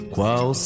Qual